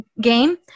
game